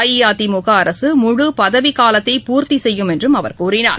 அஇஅதிமுக அரசு முழு பதவி காலத்தை பூர்த்தி செய்யும் என்றும் அவர் கூறினார்